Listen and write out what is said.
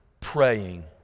praying